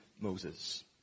Moses